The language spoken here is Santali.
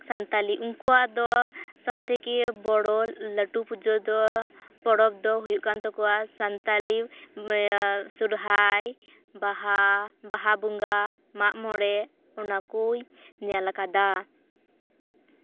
ᱥᱟᱱᱛᱟᱞᱤ ᱩᱱᱠᱩᱣᱟᱜ ᱫᱚ ᱥᱚᱵᱛᱷᱮᱠᱮ ᱵᱚᱲᱚ ᱞᱟᱹᱴᱩ ᱯᱩᱡᱟᱹ ᱫᱚ ᱯᱚᱨᱚᱵᱽ ᱫᱚ ᱦᱩᱭᱩᱜ ᱠᱟᱱ ᱛᱟᱠᱚᱣᱟ ᱥᱟᱱᱛᱟᱞᱤ ᱥᱚᱦᱨᱟᱭ ᱵᱟᱦᱟ ᱵᱟᱦᱟ ᱵᱚᱸᱜᱟ ᱢᱟᱜ ᱢᱚᱲᱮ ᱚᱱᱟ ᱠᱚᱭ ᱧᱮᱞ ᱟᱠᱟᱫᱟ